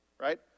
right